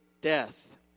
death